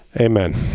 Amen